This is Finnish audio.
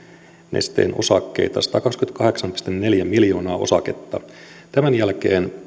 nesteen osakkeita satakaksikymmentäkahdeksan pilkku neljä miljoonaa osaketta tämän jälkeen